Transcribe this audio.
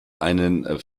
einen